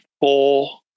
four